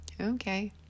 Okay